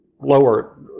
lower